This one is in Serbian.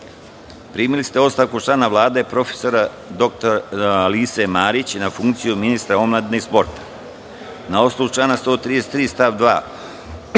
Vlade. Primili ste ostavku člana Vlade prof. dr Alise Marić na funkciju ministra omladine i sporta. Na osnovu člana 133. stav 2.